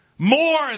More